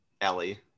Ellie